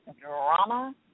drama